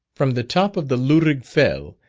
from the top of the loughrigg fell,